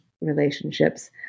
relationships